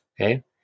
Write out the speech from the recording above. Okay